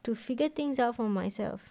to figure things out for myself